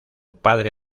padre